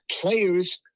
players